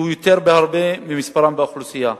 שהוא גדול, הרבה יותר משיעורם באוכלוסייה.